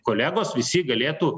kolegos visi galėtų